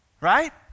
right